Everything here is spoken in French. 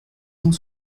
cent